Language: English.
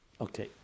Okay